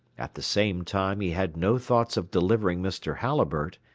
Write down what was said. at the same time he had no thoughts of delivering mr. halliburtt,